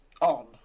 on